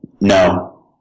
No